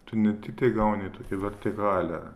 tu ne tiktai gauni tokią vertikalę